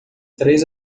três